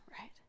right